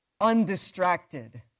undistracted